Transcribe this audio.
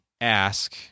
ask